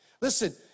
Listen